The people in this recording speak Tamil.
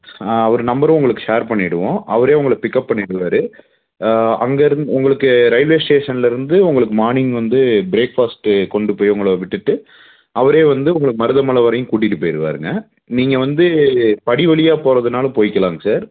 ஆ அவர் நம்பரு உங்களுக்கு ஷேர் பண்ணிவிடுவோம் அவரே உங்கள பிக்கப் பண்ணிடுவார் அங்கே இருந்து உங்களுக்கு ரயில்வே ஸ்டேஷன்லருந்து உங்களுக்கு மார்னிங் வந்து ப்ரேக்ஃபாஸ்ட்டு கொண்டு போய் உங்கள விட்டுவிட்டு அவரே வந்து உங்கள மருதமலை வரையும் கூட்டிகிட்டு போயிருவாருங்க நீங்கள் வந்து படி வழியாக போகறதுனாலும் போய்கலாங்க சார்